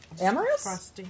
Amorous